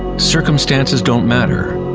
circumstances don't matter.